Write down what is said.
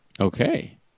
Okay